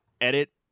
edit